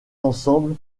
ensemble